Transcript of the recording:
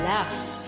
Laughs